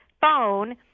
phone